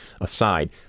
aside